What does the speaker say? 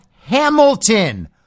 Hamilton